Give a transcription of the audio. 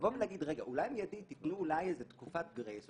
להגיד אולי למיידית ייתנו תקופת גרייס,